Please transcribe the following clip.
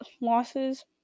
losses